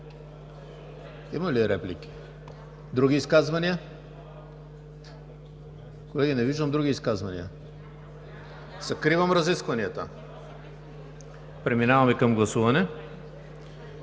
има ли? Няма. Други изказвания? Не виждам други изказвания. Закривам разискванията. Преминаваме към гласуване.